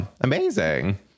amazing